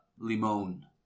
Limon